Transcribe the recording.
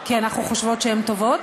אנחנו חושבות שהן טובות,